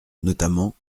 notamment